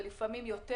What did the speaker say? ולפעמים גם יותר,